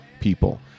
people